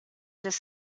des